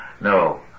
No